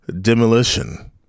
Demolition